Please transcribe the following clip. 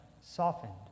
softened